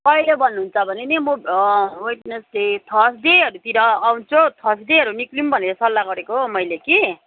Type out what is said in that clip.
कहिले भन्नुहुन्छ भने नि म वेडनेसडे थर्सडेहरूतिर आउँछु थर्सडेहरू निस्कियौँ भनेर सल्लाह गरेको मैले कि